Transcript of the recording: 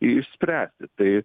išspręsti tai